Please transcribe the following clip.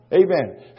Amen